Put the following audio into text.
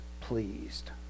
pleased